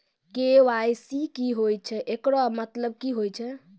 KYC की होय छै, एकरो मतलब की होय छै?